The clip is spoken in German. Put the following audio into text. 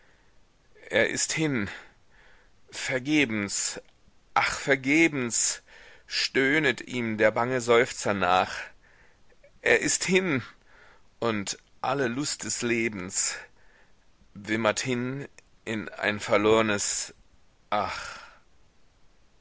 er ist hin vergebens ach vergebens stöhnet ihm der bange seufzer nach er ist hin und alle lust des lebens wimmert hin in ein verlornes ach